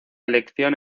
elección